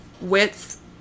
width